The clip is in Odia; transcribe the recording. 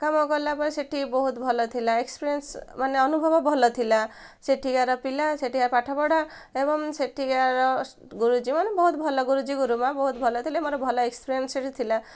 କାମ କଲା ପରେ ସେଠି ବହୁତ ଭଲ ଥିଲା ଏକ୍ସପିରିଏନ୍ସ ମାନେ ଅନୁଭବ ଭଲ ଥିଲା ସେଠିକାର ପିଲା ସେଠିକାର ପାଠପଢ଼ା ଏବଂ ସେଠିକାର ଗୁରୁଜୀ ମାନେ ବହୁତ ଭଲ ଗୁରୁଜୀ ଗୁରୁମା ବହୁତ ଭଲ ଥିଲେ ମୋର ଭଲ ଏକ୍ସପିରିଏନ୍ସ ସେଠି ଥିଲା